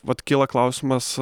vat kyla klausimas